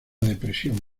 depresión